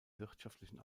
wirtschaftlichen